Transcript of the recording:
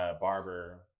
barber